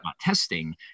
testing